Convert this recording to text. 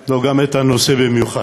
לא, גם את הנושא במיוחד.